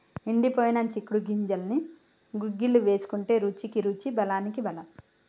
ఎండిపోయిన చిక్కుడు గింజల్ని గుగ్గిళ్లు వేసుకుంటే రుచికి రుచి బలానికి బలం